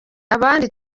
abandi